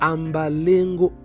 Ambalengo